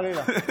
לא, חלילה.